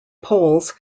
polls